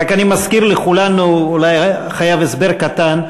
אני אולי חייב הסבר קטן: